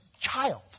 child